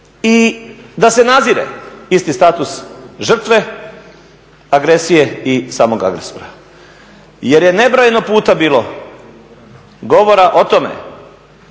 i da se nadzire isti status žrtve, agresije i samog agresora. Jer je nebrojeno puta bilo govora o tome